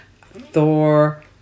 Thor